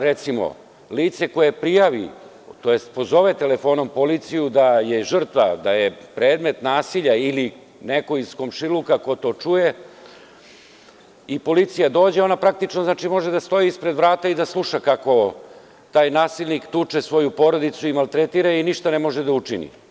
Recimo, ako lice koje prijavi, tj. pozove telefonom policiju da je žrtva, da je predmet nasilja ili neko iz komšiluka ko to čuje, policija dođe, ali ona praktično znači može da stoji ispred vrata i da sluša kako taj nasilnik tuče svoju porodicu i maltretira i ništa ne može da učini?